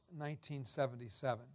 1977